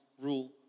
rule